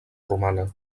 romana